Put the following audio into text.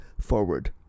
forward